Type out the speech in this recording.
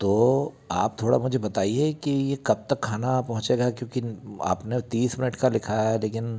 तो आप थोड़ा मुजे बताइए कि ये कब तक खाना पहुंचेगा क्योंकि आप ने तीस मिनट का लिखा है लेकिन